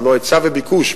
הלוא היצע וביקוש,